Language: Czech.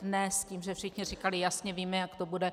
Ne s tím, že všichni říkali: Jasně víme, jak to bude.